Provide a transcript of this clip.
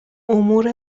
امور